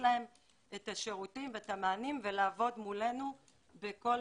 להם את השירותים ואת המענים ולעבוד מולנו בכל